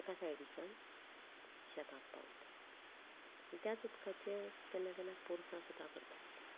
एका सायडीच्यान शेतांत पावयतात त्याच उदकाचें केन्ना केन्ना पोरसां सुद्दां करतात